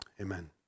Amen